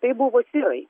tai buvo sirai